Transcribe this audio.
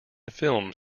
films